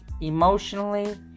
emotionally